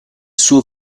suo